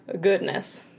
goodness